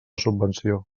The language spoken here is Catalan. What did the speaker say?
subvenció